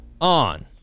on